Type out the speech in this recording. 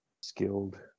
skilled